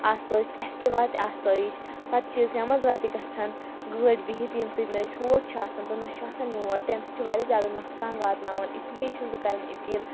آسٲیچ اَسہِ تہِ واتہِ آسٲیِش پَتہٕ چھِ أسۍ منٛزٕ وَتہِ گژھان گٲڑۍ بِہِتھ ییٚمہِ سۭتۍ نہٕ أسۍ ہور چھِ آسان تہٕ نہ چھُ آسان یور تَمہِ سۭتۍ چھُ واریاہ زیادٕ نۄقصان واتناوان اِسی لیے چھَس بہٕ کَران اپیٖل